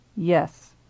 yes